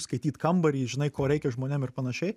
skaityt kambarį žinai ko reikia žmonėm ir panašiai